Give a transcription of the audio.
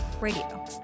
Radio